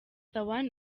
one